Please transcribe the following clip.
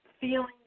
feeling